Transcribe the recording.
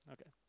Okay